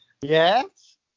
Yes